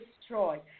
destroyed